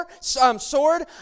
sword